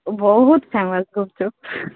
ବହୁତ ଫେମସ୍ ଗୁପଚୁପ୍